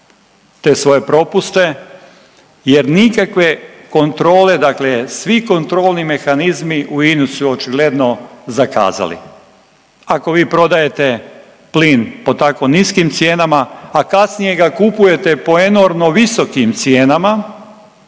te svoje propuste jer nikakve kontrole, dakle svi kontrolni mehanizmi u INA-i su očigledno zakazali. Ako vi prodajete plin po tako niskim cijenama, a kasnije ga kupujete po enormno visokim cijenama